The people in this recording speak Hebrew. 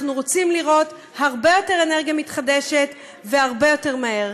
אנחנו רוצים לראות הרבה יותר אנרגיה מתחדשת והרבה יותר מהר.